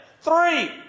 Three